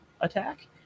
attack